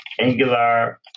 angular